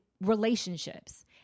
relationships